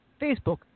Facebook